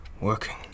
working